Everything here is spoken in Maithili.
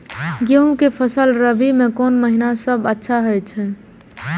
गेहूँ के फसल रबि मे कोन महिना सब अच्छा होयत अछि?